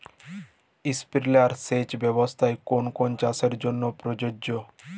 Sprinkler সেচ ব্যবস্থার কোন কোন চাষের জন্য প্রযোজ্য?